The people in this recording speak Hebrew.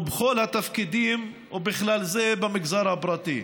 בכל התפקידים, ובכלל זה במגזר הפרטי,